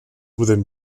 within